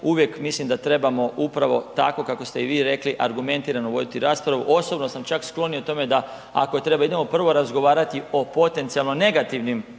uvijek mislim da trebamo upravo tako kako ste i vi rekli argumentirano voditi raspravu, osobno sam čak sklon i o tome da ako treba idemo prvo razgovarati o potencijalno negativnim